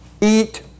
eat